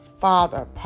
Father